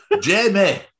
Jamie